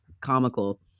comical